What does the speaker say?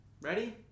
ready